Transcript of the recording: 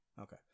Okay